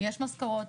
יש משכורות,